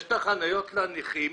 יש חניות לנכים,